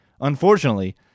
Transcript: unfortunately